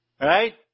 Right